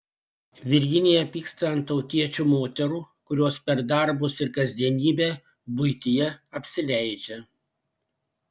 virginija pyksta ant tautiečių moterų kurios per darbus ir kasdienybę buityje apsileidžia